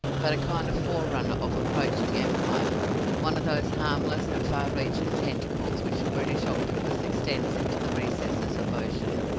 but a kind of forerunner of approaching empire one of those harmless and far-reaching tentacles which the british octopus extends into the recesses of ocean,